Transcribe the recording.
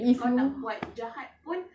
dah ada stated there